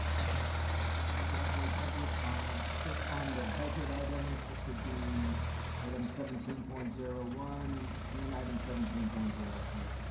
okay. do we have any public on, just on the budget items, this would be item seventeen point zero one and item seventeen point zero two,